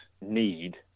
need